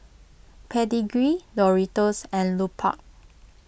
Pedigree Doritos and Lupark